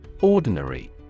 Ordinary